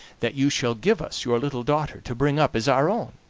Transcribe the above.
that you shall give us your little daughter to bring up as our own